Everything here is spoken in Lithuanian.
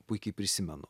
puikiai prisimenu